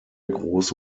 große